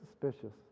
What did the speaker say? suspicious